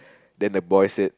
then the boy said